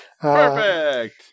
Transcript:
perfect